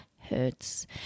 hurts